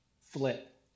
flip